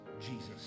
Jesus